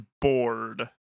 bored